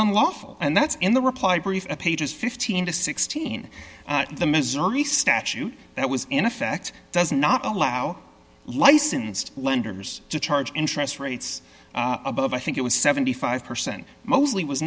unlawful and that's in the reply brief pages fifteen dollars to sixteen dollars the missouri statute that was in effect does not allow licensed lenders to charge interest rates above i think it was seventy five percent mostly was